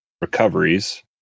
recoveries